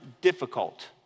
difficult